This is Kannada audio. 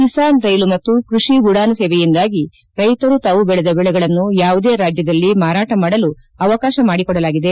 ಕಿಸಾನ್ ರೈಲು ಮತ್ತು ಕ್ಸಷಿ ಉಡಾನ್ ಸೇವೆಯಿಂದಾಗಿ ರೈಶರು ತಾವು ಬೆಳೆದ ಬೆಳೆಗಳನ್ನು ಯಾವುದೇ ರಾಜ್ಯದಲ್ಲಿ ಮಾರಾಟ ಮಾಡಲು ಅವಕಾಶ ಮಾಡಿಕೊಡಲಾಗಿದೆ